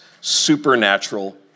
supernatural